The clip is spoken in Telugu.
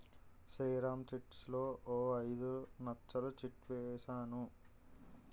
శ్రీరామ్ చిట్లో ఓ ఐదు నచ్చలు చిట్ ఏసాను